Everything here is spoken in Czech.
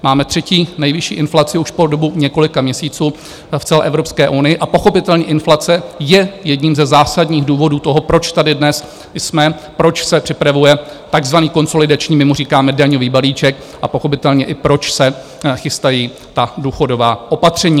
Máme třetí nejvyšší inflaci už po dobu několika měsíců v celé Evropské unii a pochopitelně inflace je jedním ze zásadních důvodů toho, proč tady dnes jsme, proč se připravuje takzvaný konsolidační my mu říkáme daňový balíček a pochopitelně i proč se chystají ta důchodová opatření.